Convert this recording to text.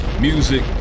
music